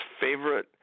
favorite